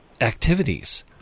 activities